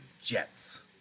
Jets